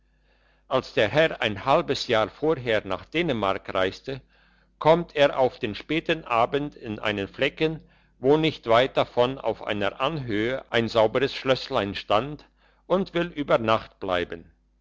als der herr ein halbes jahr vorher nach dänemark reiste kommt er auf den späten abend in einen flecken wo nicht weit davon auf einer anhöhe ein sauberes schlösslein stand und will über nacht bleiben